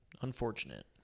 Unfortunate